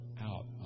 out